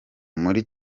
muri